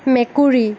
মেকুৰী